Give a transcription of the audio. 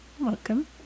Welcome